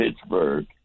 Pittsburgh